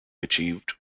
achieved